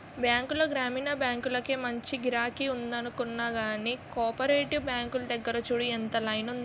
బాంకుల్లో గ్రామీణ బాంకులకే మంచి గిరాకి ఉందనుకున్నా గానీ, కోపరేటివ్ బాంకుల దగ్గర చూడు ఎంత లైనుందో?